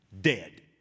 dead